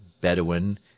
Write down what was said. Bedouin